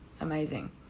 amazing